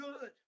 good